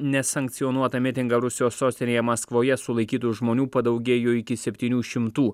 nesankcionuotą mitingą rusijos sostinėje maskvoje sulaikytų žmonių padaugėjo iki septynių šimtų